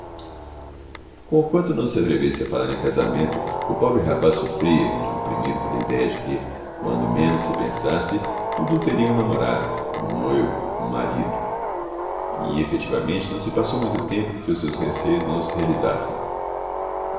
lástima conquanto não se atrevesse a falar em casamento o pobre rapaz sofria oprimido pela idéia de que quando menos se pensasse dudu teria um namorado um noivo um marido e efetivamente não se passou muito tempo que os seus receios não se realizassem